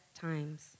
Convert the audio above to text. times